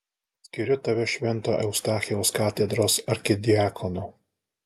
skiriu tave švento eustachijaus katedros arkidiakonu